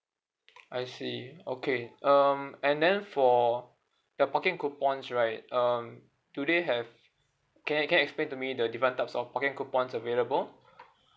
I see okay um and then for your parking coupons right um do they have can can you explain to me the different types of parking coupons available